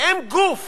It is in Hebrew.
ואם גוף